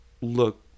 Look